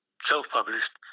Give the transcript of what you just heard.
self-published